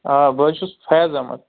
آ بہٕ حظ چھُس فیاض احمد